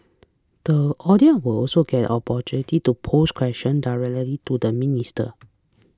the audience will also get an opportunity to pose question directly to the minister